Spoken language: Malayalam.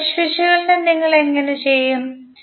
ഇപ്പോൾ മെഷ് വിശകലനം നിങ്ങൾ എങ്ങനെ ചെയ്യും